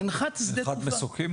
מנחת שדה תעופה.